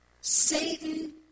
Satan